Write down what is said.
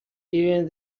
even